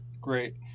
Great